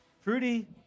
fruity